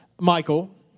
Michael